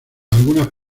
algunas